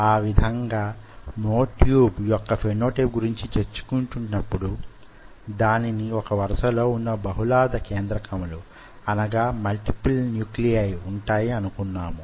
ఆ విధంగా myotube యొక్క ఫెనో టైప్ గురించి చర్చించుకుంటున్నప్పుడు దానికి వొకే వరుస లో ఉన్న బహుళార్థ కేంద్రకములు మల్టిపుల్ న్యుక్లియై ఉంటాయని అనుకున్నాము